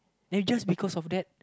then just because of that